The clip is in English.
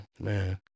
Man